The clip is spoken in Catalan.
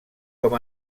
com